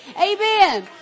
Amen